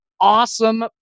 Awesome